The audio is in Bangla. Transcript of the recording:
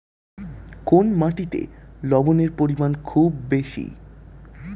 কোন মাটিতে লবণের পরিমাণ খুব বেশি?